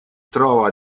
trova